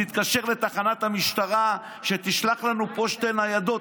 תתקשר לתחנת המשטרה שתשלח לנו פה שתי ניידות,